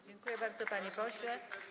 Dziękuję bardzo, panie pośle.